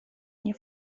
nie